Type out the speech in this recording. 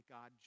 God